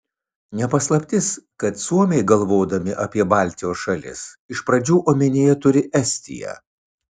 ne paslaptis kad suomiai galvodami apie baltijos šalis iš pradžių omenyje turi estiją